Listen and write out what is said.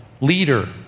leader